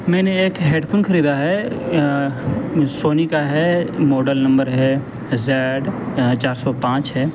میں نے ایک ہیڈفون خریدا ہے سونی کا ہے ماڈل نمبر ہے زیڈ چار سو پانچ ہے